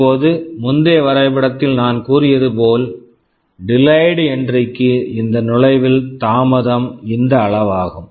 இப்போது முந்தைய வரைபடத்தில் நான் கூறியது போல் டிலயேட் என்ட்ரி delayed entry க்கு இந்த நுழைவில் தாமதம் இந்த அளவாகும்